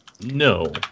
no